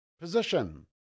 position